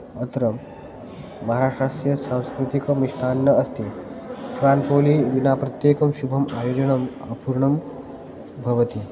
अत्र महाराष्ट्रस्य सांस्कृतिकं मिष्टान्नम् अस्ति प्राण्पोली विना प्रत्येकं शुभम् आयोजनम् अपूर्णं भवति